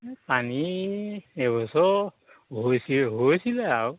এই পানী এবছৰ হৈছিল হৈছিলে আৰু